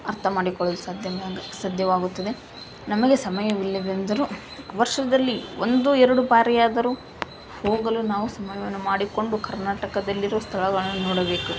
ಅರ್ಥಮಾಡಿಕೊಳ್ಳಲು ಸಾಧ್ಯ ಸಾಧ್ಯವಾಗುತ್ತದೆ ನಮಗೆ ಸಮಯವಿಲ್ಲವೆಂದರೂ ವರ್ಷದಲ್ಲಿ ಒಂದು ಎರಡು ಬಾರಿಯಾದರೂ ಹೋಗಲು ನಾವು ಸಮಯವನ್ನು ಮಾಡಿಕೊಂಡು ಕರ್ನಾಟಕದಲ್ಲಿರುವ ಸ್ಥಳಗಳನ್ನು ನೋಡಬೇಕು